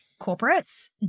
corporates